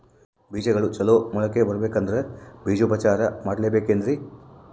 ಬೇಜಗಳು ಚಲೋ ಮೊಳಕೆ ಬರಬೇಕಂದ್ರೆ ಬೇಜೋಪಚಾರ ಮಾಡಲೆಬೇಕೆನ್ರಿ?